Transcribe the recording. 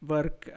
Work